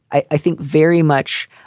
i think very much